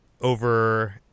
over